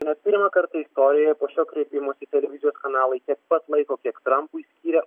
net pirmą kartą istorijoje po šio kreipimosi televizijų kanalai tiek pat laiko kiek trampui skyrė